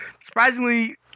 Surprisingly